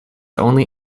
only